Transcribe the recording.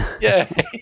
Yay